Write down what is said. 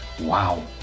Wow